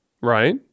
right